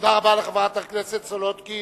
תודה רבה לחברת הכנסת סולודקין.